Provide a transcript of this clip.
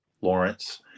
Lawrence